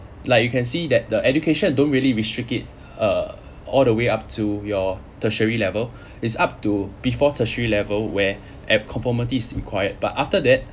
like you can see that the education don't really restrict it uh all the way up to your tertiary level is up to before tertiary level where at conformity is required but after that